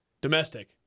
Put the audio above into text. Domestic